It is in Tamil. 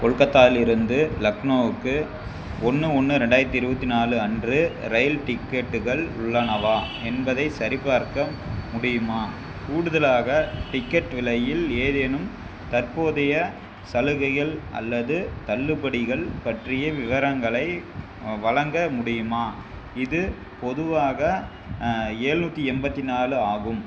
கொல்கத்தாவிலிருந்து லக்னோவுக்கு ஒன்று ஒன்று ரெண்டாயிரத்தி இருபத்தி நாலு அன்று ரயில் டிக்கெட்டுகள் உள்ளனவா என்பதை சரிபார்க்க முடியுமா கூடுதலாக டிக்கெட் விலையில் ஏதேனும் தற்போதைய சலுகைகள் அல்லது தள்ளுபடிகள் பற்றிய விவரங்களை வழங்க முடியுமா இது பொதுவாக ஏழ்நூத்தி எண்பத்தி நாலு ஆகும்